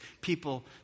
people